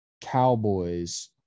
Cowboys